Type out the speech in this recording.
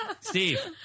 Steve